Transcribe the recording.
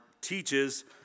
teaches